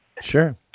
Sure